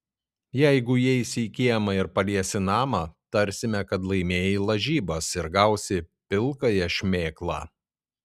jeigu įeisi į kiemą ir paliesi namą tarsime kad laimėjai lažybas ir gausi pilkąją šmėklą